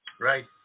right